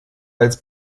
als